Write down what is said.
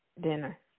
dinner